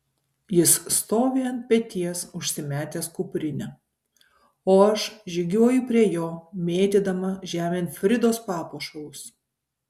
jis stovi ant peties užsimetęs kuprinę o aš žygiuoju prie jo mėtydama žemėn fridos papuošalus